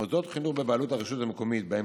מוסדות חינוך בבעלות הרשות המקומית שבהם